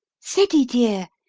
ceddie, dear,